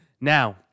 Now